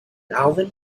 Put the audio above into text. alvin